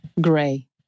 Gray